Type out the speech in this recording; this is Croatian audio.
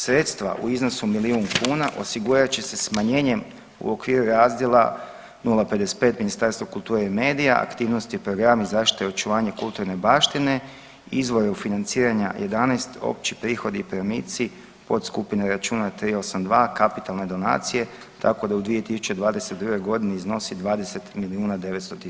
Sredstva u iznosu milijun kuna osigurat će se smanjenjem u okviru razdjela 055 Ministarstvo kulture i medija, aktivnosti i program zaštite očuvanje kulturne baštine izveo je financiranja 11 opći prihodi i primici, podskupine računa 382 kapitalne donacije, tako da je u 2022.g. iznosi 20 milijuna i 900 tisuća kuna.